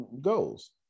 goals